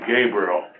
Gabriel